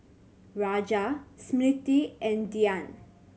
Raja Smriti and Dhyan